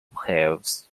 hills